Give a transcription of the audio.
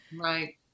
Right